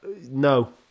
no